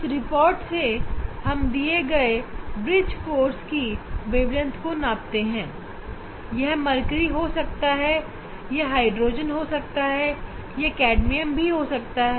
इस प्रयोग से हम दिए गए सोर्स की वेवलेंथ की गणना करते हैं यह सोर्स मर्करी हो सकता है हाइड्रोजन हो सकता है या कैडमियम भी हो सकता है